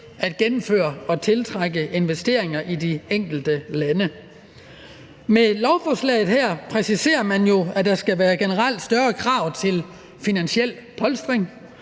at gennemføre og tiltrække investeringer i de enkelte lande. Med lovforslaget her præciserer man jo, at der generelt skal være større krav til finansiel polstring.